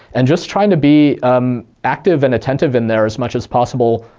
and just trying to be um active and attentive in there as much as possible.